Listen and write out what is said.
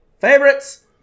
favorites